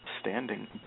standing